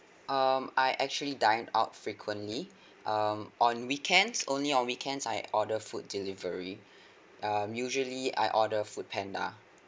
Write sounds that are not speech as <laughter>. um I actually dine out frequently um on weekends only on weekends I order food delivery <breath> um usually I order foodpanda